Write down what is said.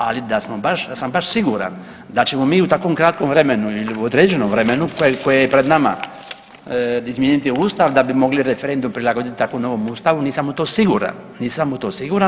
Ali da sam baš siguran da ćemo mi u takvom kratkom vremenu ili u određenom vremenu koje je pred nama izmijeniti Ustav da bi mogli referendum prilagodit tako novom Ustavu nisam u to siguran, nisam u to siguran.